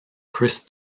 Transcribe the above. chris